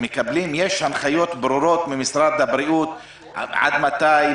יש לכם הנחיות ברורות ממשרד הבריאות עד מתי,